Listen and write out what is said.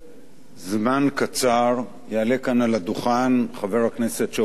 זמן קצר יעלה כאן על הדוכן חבר הכנסת שאול מופז